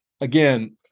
again